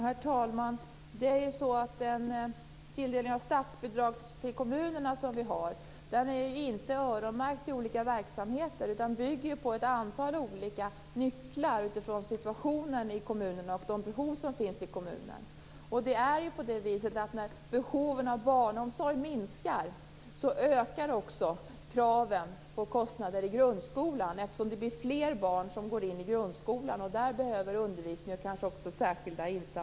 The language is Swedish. Herr talman! De statsbidrag som tilldelas kommunerna är inte öronmärkta för olika verksamheter. De bygger på ett antal olika nycklar som grundar sig på situationen i kommunen och de behov som finns där. När behoven av barnomsorg minskar ökar kostnaderna i grundskolan, eftersom fler barn går in i grundskolan. Där behövs undervisning, och kanske också särskilda insatser.